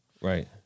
right